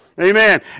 amen